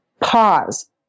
pause